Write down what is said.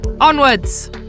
Onwards